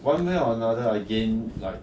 one way or another again